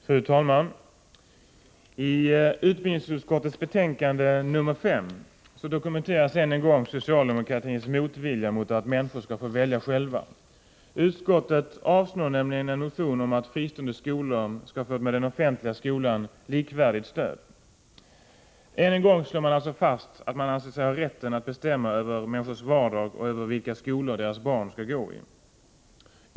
Fru talman! I utbildningsutskottets betänkande nr 5 dokumenteras än en gång socialdemokratins motvilja mot att människor skall få välja själva. Utskottsmajoriteten avstyrker nämligen en motion om att fristående skolor skall få ett med den offentliga skolan likvärdigt stöd. Än en gång slår man alltså fast att man anser sig ha rätt att bestämma över människors vardag och över vilka skolor deras barn skall gå i.